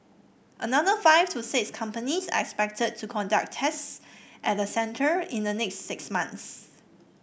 another five to six companies are expected to conduct test at the centre in the next six months